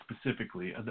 specifically